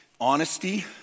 Honesty